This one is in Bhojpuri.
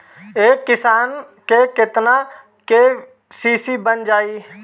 एक किसान के केतना के.सी.सी बन जाइ?